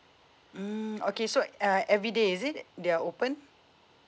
mm okay so uh everyday is it they are open